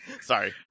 Sorry